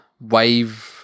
wave